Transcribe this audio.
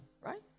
right